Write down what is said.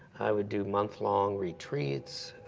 i would do month long retreats